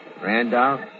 Randolph